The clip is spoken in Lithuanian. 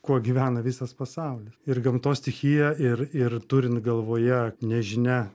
kuo gyvena visas pasaulis ir gamtos stichija ir ir turint galvoje nežinia